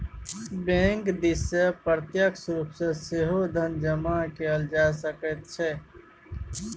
bank दिससँ प्रत्यक्ष रूप सँ सेहो धन जमा कएल जा सकैत छै